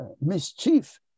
mischief